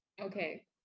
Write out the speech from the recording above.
Okay